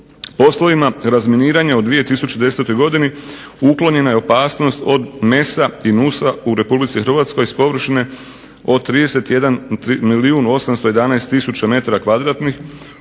Poslovima razminiranja u 2010. godini uklonjena je opasnost od NES-a i NUS-a u Republici Hrvatskoj s površine od 31 milijun 811 tisuća m2, od